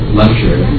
lecture